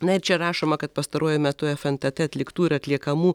na ir čia rašoma kad pastaruoju metu fntt atliktų ir atliekamų